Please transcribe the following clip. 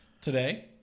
today